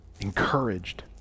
encouraged